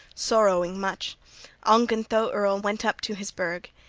sorrowing much ongentheow earl went up to his burg.